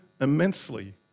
immensely